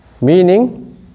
Meaning